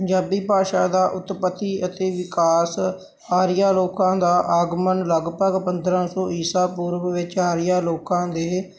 ਪੰਜਾਬੀ ਭਾਸ਼ਾ ਦੀ ਉਤਪਤੀ ਅਤੇ ਵਿਕਾਸ ਆਰੀਆ ਲੋਕਾਂ ਦਾ ਆਗਮਨ ਲਗਭਗ ਪੰਦਰਾਂ ਸੌ ਈਸਾ ਪੂਰਬ ਵਿੱਚ ਆਰੀਆ ਲੋਕਾਂ ਦੇ